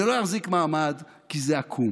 זה לא יחזיק מעמד, כי זה עקום.